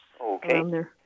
Okay